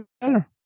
better